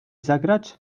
zagrać